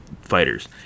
fighters